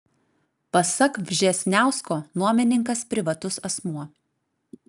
pasak vžesniausko nuomininkas privatus asmuo